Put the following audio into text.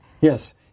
Yes